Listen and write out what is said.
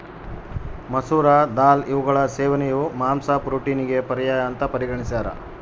ಮಸೂರ ದಾಲ್ ಇವುಗಳ ಸೇವನೆಯು ಮಾಂಸ ಪ್ರೋಟೀನಿಗೆ ಪರ್ಯಾಯ ಅಂತ ಪರಿಗಣಿಸ್ಯಾರ